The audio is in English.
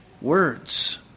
words